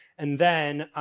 and then,